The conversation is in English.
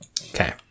Okay